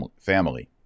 family